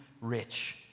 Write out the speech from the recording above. rich